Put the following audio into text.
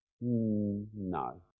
No